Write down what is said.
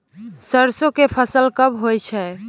सरसो के फसल कब होय छै?